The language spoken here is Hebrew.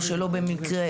או שלא במקרה,